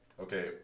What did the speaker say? Okay